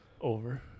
Over